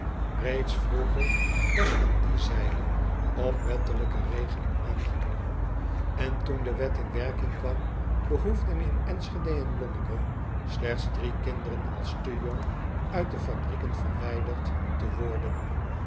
eeds vroeger was van die zijde op wettelijke regeling aangedrongen en toen de wet in werking kwam behoefden in nschede en onneker slechts drie kinderen als te jong uit de fabrieken verwijderd